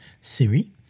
Siri